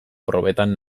probetan